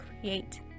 create